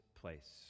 place